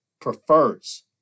prefers